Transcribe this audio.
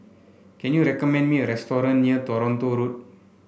can you recommend me a restaurant near Toronto Road